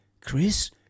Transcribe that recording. Chris